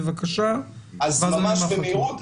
ממש במהירות.